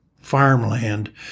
farmland